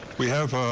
we have